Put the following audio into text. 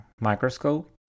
microscope